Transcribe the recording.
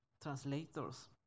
translators